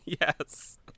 Yes